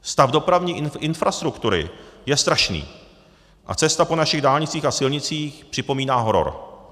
Stav dopravní infrastruktury je strašný a cesta po našich dálnicích a silnicích připomíná horor.